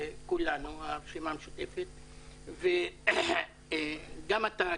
גם אתה,